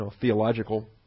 theological